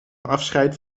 afscheid